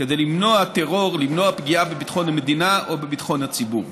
כדי למנוע את הפגיעה בביטחון המדינה או בביטחון הציבור.